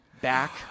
back